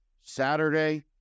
Saturday